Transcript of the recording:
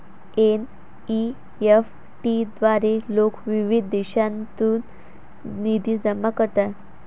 NEFT द्वारे लोक विविध देशांतून निधी जमा करतात